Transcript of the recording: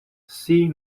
see